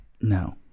No